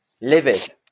Livid